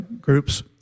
groups